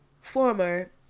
Former